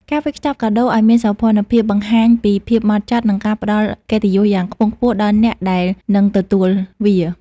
ការវេចខ្ចប់កាដូឱ្យមានសោភ័ណភាព បង្ហាញពីភាពហ្មត់ចត់ និងការផ្ដល់កិត្តិយសយ៉ាងខ្ពង់ខ្ពស់ដល់អ្នកដែលនឹងទទួលវា។